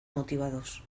motivados